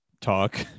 talk